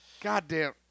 Goddamn